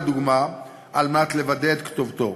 לדוגמה על מנת לוודא את כתובתו.